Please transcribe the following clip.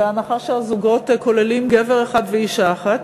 בהנחה שהזוגות כוללים גבר אחד ואישה אחת.